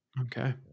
Okay